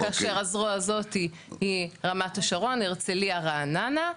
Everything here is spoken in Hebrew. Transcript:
כאשר הזרוע הזאת היא רמת השרון הרצליה רעננה,